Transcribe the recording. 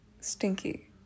stinky